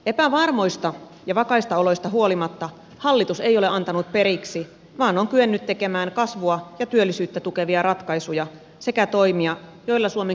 epävarmoista ja vakaista oloista huolimatta hallitus ei ole antanut periksi vaan on kyennyt tekemään kasvua ja työllisyyttä tukevia ratkaisuja sekä toimia joilla suomen kilpailukykyä parannetaan